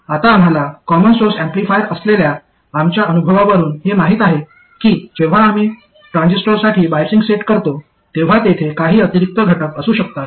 आता आम्हाला common source amplifier असलेल्या आमच्या अनुभवावरून हे माहित आहे की जेव्हा आम्ही ट्रान्झिस्टरसाठी बायसिंग सेट करतो तेव्हा तेथे काही अतिरिक्त घटक असू शकतात